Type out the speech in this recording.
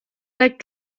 like